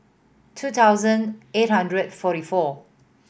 two thousand eight hundred forty four